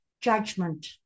judgment